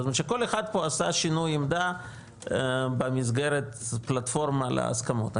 כל אחד עשה פה שינוי עמדה בפלטפורמה להסכמות.